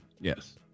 Yes